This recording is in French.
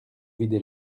vider